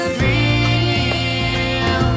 feel